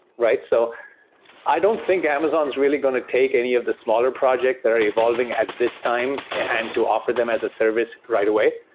so i don't think amazon is really going to take any of the smaller projects that are evolving at this time and to offer them as a service right away,